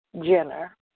Jenner